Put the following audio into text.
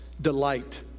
delight